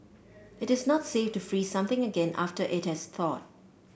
it is not safe to freeze something again after it has thawed